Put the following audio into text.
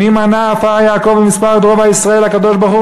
"מי מנה עפר יעקב ומספר את רבע ישראל" הקדוש-ברוך-הוא